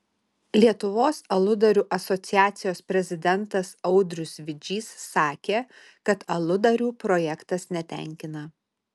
lietuvos aludarių asociacijos prezidentas audrius vidžys sakė kad aludarių projektas netenkina